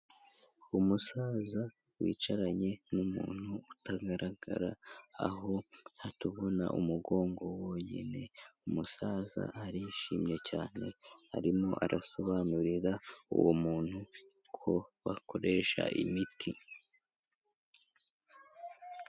Umusaza wicaranye n'umuntu utagaragara aho tubona umugongo wonyine, umusaza arishimye cyane arimo arasobanurira uwo muntu uko bakoresha imiti.